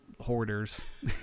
hoarders